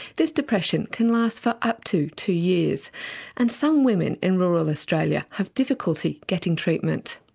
this depression can last for up to two years and some women in rural australia have difficulty getting treatment.